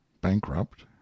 bankrupt